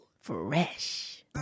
Fresh